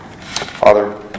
Father